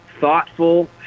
thoughtful